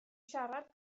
siarad